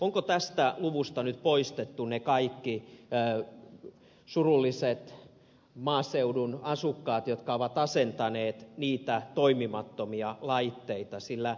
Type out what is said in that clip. onko tästä luvusta nyt poistettu ne kaikki surulliset maaseudun asukkaat jotka ovat asentaneet niitä toimimattomia laitteita sillä